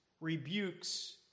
rebukes